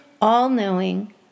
all-knowing